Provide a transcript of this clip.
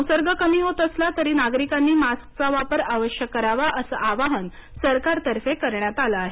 संसर्ग कमी होत असला तरी नागरिकांनी मास्कचा वापर अवश्य करावाअसं आवाहन सरकारतर्फे करण्यात आलं आहे